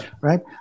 right